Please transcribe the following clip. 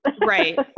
right